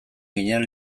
ginen